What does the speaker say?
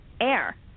air